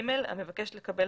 המבקש לקבל